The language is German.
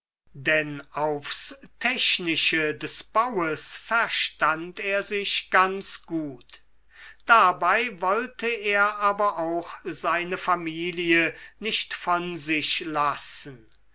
denn aufs technische des baues verstand er sich ganz gut dabei wollte er aber auch seine familie nicht von sich lassen